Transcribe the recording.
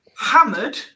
hammered